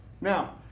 Now